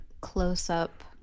close-up